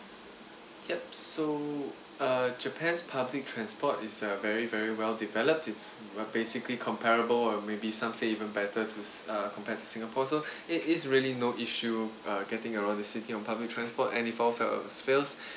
yup so uh japan's public transport is uh very very well developed it's basically comparable uh maybe some say even better to uh compared to singapore so it is really no issue uh getting around the city on public transport and if all else fails